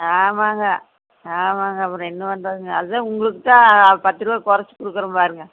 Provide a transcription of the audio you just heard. ஆமாம்ங்க ஆமாம்ங்க அப்புறோம் என்ன பண்ணுறதுங்க அதற்குத்தான் உங்களுக்கு தான் பத்துரூவா குறச்சி கொடுக்குறன் பாருங்கள்